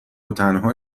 وتنها